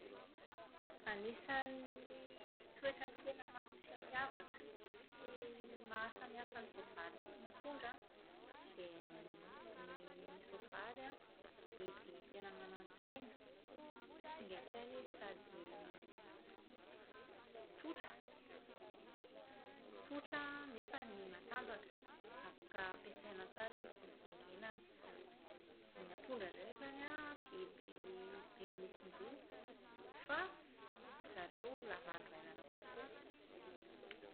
Anisan'ny toetra tena mampiavaka sy mahasamihafa ny soavaly sy ny ampondra an dia ny soavaly an biby tena manan-tsaina, kinga saina izy sady > tsotra, tsotra nefa matanjaka. Afaka ampiasaina tsara izy tengenana. Ny ampondra nefa biby be mokonèdoha fa zareo lava andro iainana kokoa.